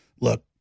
look